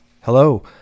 Hello